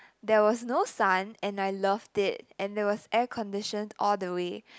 there was no sun and I loved it and there was air conditioned all the way